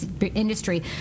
industry